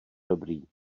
dobrý